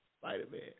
Spider-Man